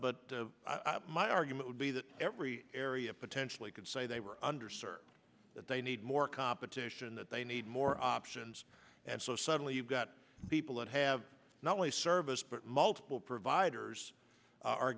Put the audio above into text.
i'm my argument would be that every area potentially could say they were under sir that they need more competition that they need more options and so suddenly you've got people that have not only service but multiple providers are